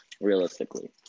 Realistically